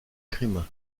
crimes